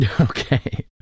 Okay